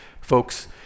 folks